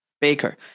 baker